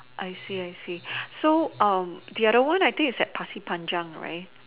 I see I see so the other one I think it's at Pasir-Panjang right